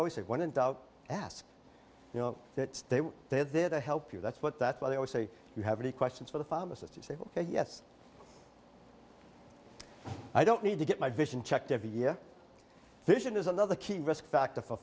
always say when in doubt ask you know that they had there to help you that's what that's why they always say you have any questions for the pharmacist to say ok yes i don't need to get my vision checked every year vision is another key risk factor for